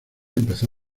empezó